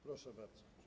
Proszę bardzo.